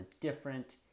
different